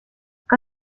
que